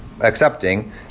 accepting